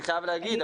אני חייב להגיד,